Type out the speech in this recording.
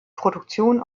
produktion